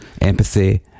empathy